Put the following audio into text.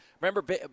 Remember